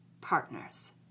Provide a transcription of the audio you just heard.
Partners